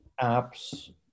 apps